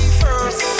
first